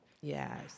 Yes